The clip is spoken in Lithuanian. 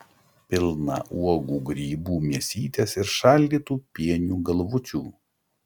pilną uogų grybų mėsytės ir šaldytų pienių galvučių